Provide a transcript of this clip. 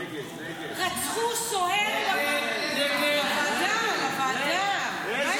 רצחו סוהר --- אני מעלה את